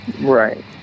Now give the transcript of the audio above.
right